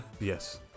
Yes